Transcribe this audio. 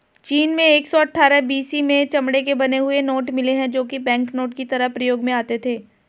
चीन में एक सौ अठ्ठारह बी.सी में चमड़े के बने हुए नोट मिले है जो की बैंकनोट की तरह प्रयोग में आते थे